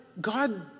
God